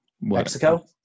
Mexico